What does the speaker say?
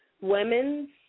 Women's